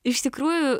iš tikrųjų